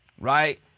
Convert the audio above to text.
right